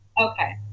Okay